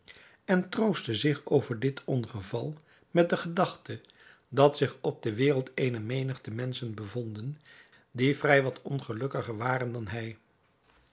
en troostte zich over dit ongeval met de gedachte dat zich op de wereld eene menigte menschen bevonden die vrij wat ongelukkiger waren dan hij